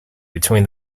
between